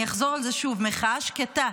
אני אחזור על זה שוב: מחאה שקטה,